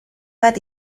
bat